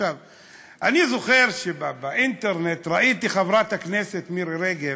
אני זוכר שבאינטרנט ראיתי שחברת הכנסת מירי רגב,